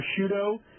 prosciutto